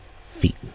feet